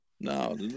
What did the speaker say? No